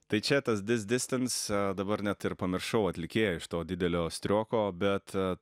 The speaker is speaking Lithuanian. tai čia tas dis distans dabar net ir pamiršau atlikėją iš to didelio strioko bet